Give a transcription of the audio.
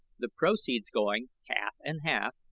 the proceeds going, half and half,